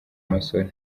masoro